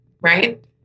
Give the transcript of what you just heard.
Right